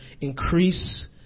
increase